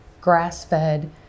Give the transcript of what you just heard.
grass-fed